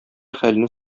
хәлне